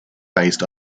based